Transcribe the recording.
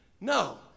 No